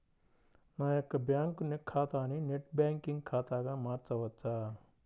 నా యొక్క బ్యాంకు ఖాతాని నెట్ బ్యాంకింగ్ ఖాతాగా మార్చవచ్చా?